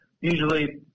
usually